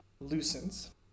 loosens